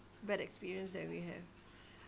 bad experience that we have